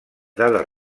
dades